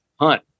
hunt